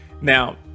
Now